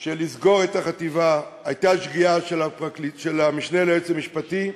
של לסגור את החטיבה הייתה שגיאה של המשנה ליועץ המשפטי,